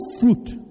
fruit